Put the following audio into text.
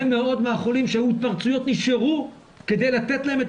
מאוד מהחולים שהיו התפרצויות נשארו כדי לתת להם את